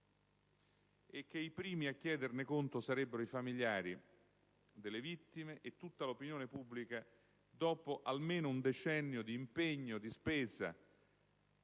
e i primi a chiederne conto sarebbero i familiari delle vittime e tutta l'opinione pubblica dopo almeno un decennio di impegno e di spese.